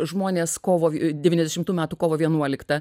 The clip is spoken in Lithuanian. žmonės kovo devyniasdešimtų metų kovo vienuoliktą